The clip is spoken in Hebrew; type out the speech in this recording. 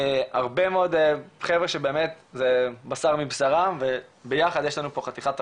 הרבה מאוד חבר'ה שבאמת זה בשר מבשרם וביחד יש לנו חתיכת תפקיד.